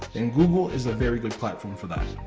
then google is a very good platform for them.